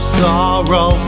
sorrow